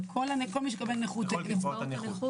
לכל מי שמקבל את קצבאות הנכות?